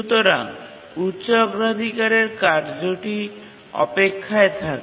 সুতরাং উচ্চ অগ্রাধিকারের কার্যটি অপেক্ষায় থাকে